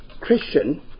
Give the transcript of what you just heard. Christian